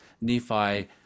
Nephi